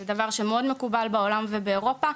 זה דבר שמאוד מקובל בעולם ובאירופה.